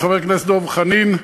חבר הכנסת דב חנין?